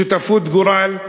שותפות גורל,